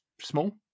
small